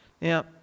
Now